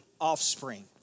offspring